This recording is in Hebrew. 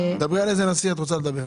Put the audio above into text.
תגידי על איזה נשיא את רוצה לברר.